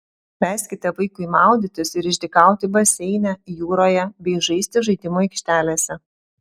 leiskite vaikui maudytis ir išdykauti baseine jūroje bei žaisti žaidimų aikštelėse